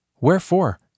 Wherefore